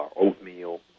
oatmeal